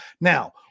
Now